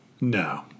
No